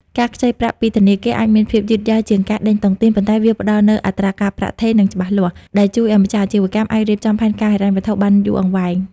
ការខ្ចីប្រាក់ពីធនាគារអាចមានភាពយឺតយ៉ាវជាងការដេញតុងទីន ប៉ុន្តែវាផ្ដល់នូវអត្រាការប្រាក់ថេរ និងច្បាស់លាស់ ដែលជួយឱ្យម្ចាស់អាជីវកម្មអាចរៀបចំផែនការហិរញ្ញវត្ថុបានយូរអង្វែង។